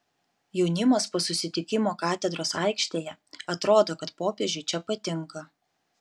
jaunimas po susitikimo katedros aikštėje atrodo kad popiežiui čia patinka